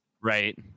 Right